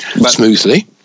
smoothly